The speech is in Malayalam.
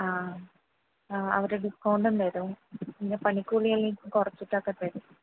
ആ അവർ ഡിസ്കൗണ്ടും തരും പിന്നെ പണിക്കൂലി എല്ലാം എനിക്ക് കുറച്ചിട്ടൊക്കെ തരും